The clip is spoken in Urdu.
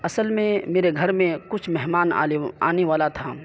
اصل میں میرے گھر میں کچھ مہمان آنے والا تھا